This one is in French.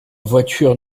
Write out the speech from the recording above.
voiture